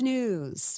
News